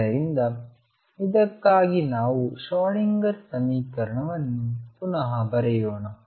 ಆದ್ದರಿಂದ ಇದಕ್ಕಾಗಿ ನಾವು ಶ್ರೋಡಿಂಗರ್ ಸಮೀಕರಣವನ್ನು ಪುನಃ ಬರೆಯೋಣ